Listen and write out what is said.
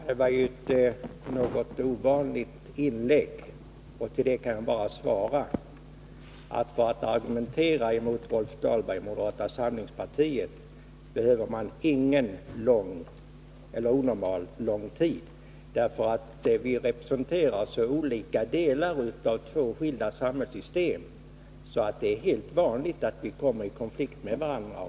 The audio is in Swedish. Herr talman! Det var ett något ovanligt inlägg. Jag kan bara svara att man för att argumentera mot Rolf Dahlberg och moderata samlingspartiet inte behöver någon onormalt lång förberedelsetid. Vi representerar ju två skilda samhällssystem, så det är helt normalt att vi kommer i konflikt med varandra.